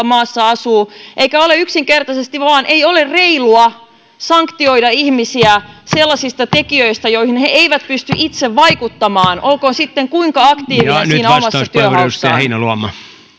maassa asuu eikä vain yksinkertaisesti ole reilua sanktioida ihmisiä sellaisista tekijöistä joihin he eivät pysty itse vaikuttamaan olkoon sitten kuinka aktiivinen siinä omassa työnhaussaan